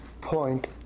point